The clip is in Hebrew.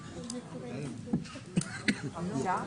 חמישה.